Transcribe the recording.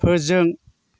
फोजों